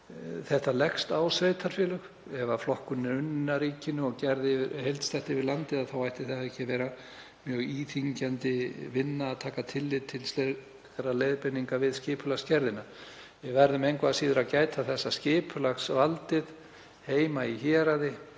þetta leggst á sveitarfélög. Ef flokkunin er unnin af ríkinu og gerð heildstætt yfir landið ætti það ekki að vera mjög íþyngjandi vinna að taka tillit til þeirra leiðbeininga við skipulagsgerðina. Við verðum engu að síður að gæta þess að skipulagsvaldið heima í héraði